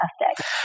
Fantastic